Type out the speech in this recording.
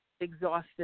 exhausted